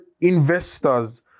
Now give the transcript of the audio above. investors